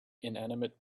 inanimate